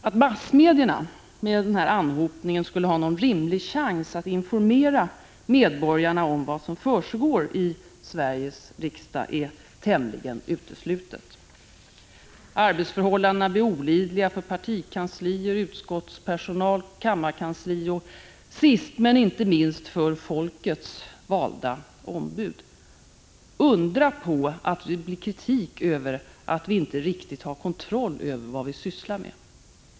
Att massmedierna med en sådan anhopning av propositioner skulle ha någon rimlig chans att informera medborgarna om vad som försiggår i Sveriges riksdag är tämligen uteslutet. Arbetsförhållandena blir olidliga för partikanslier, utskottspersonal, kammarkansli och, sist men inte minst, för folkets valda ombud. Undra på att det blir kritik över att vi inte riktigt har kontroll över vad vi sysslar med!